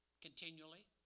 continually